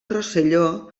rosselló